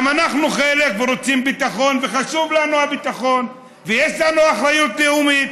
גם אנחנו חלק ורוצים ביטחון וחשוב לנו הביטחון ויש לנו אחריות לאומית.